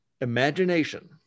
imagination